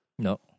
No